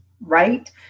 right